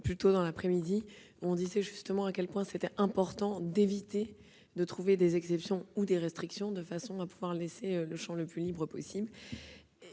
Plus tôt dans l'après-midi, on rappelait justement à quel point il était important d'éviter les exceptions ou les restrictions, pour laisser le champ le plus libre possible